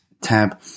tab